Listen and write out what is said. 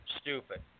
stupid